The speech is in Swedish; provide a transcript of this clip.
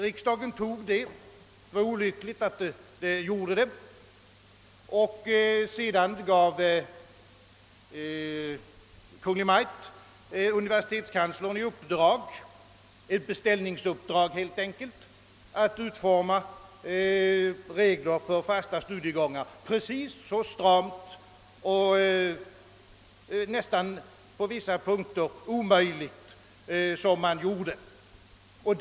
Riksdagen antog denna proposition — det var olyckligt att den gjorde det — och sedan gav Kungl. Maj:t universitetskanslern — ett beställningsuppdrag att utforma regler för fasta studiegångar, precis så strama och på vissa punkter nästan omöjliga som fallet blev.